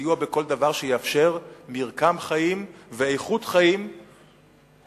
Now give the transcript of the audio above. סיוע בכל דבר שיאפשר מרקם חיים ואיכות חיים בפריפריה,